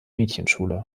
mädchenschule